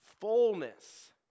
fullness